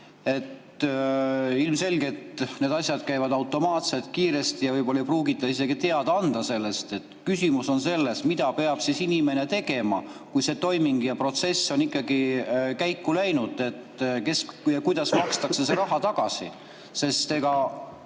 Ilmselge, et need asjad käivad automaatselt, kiiresti ja võib-olla ei pruugita isegi teada anda sellest. Küsimus on selles, mida peab inimene tegema, kui see toiming ja protsess on ikkagi käiku läinud. Kuidas siis makstakse see raha tagasi? Nii või